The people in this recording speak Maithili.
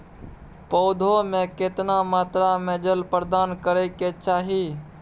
पौधों में केतना मात्रा में जल प्रदान करै के चाही?